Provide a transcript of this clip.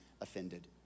offended